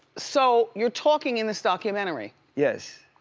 so you're talking in this documentary? yes.